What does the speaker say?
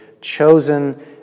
chosen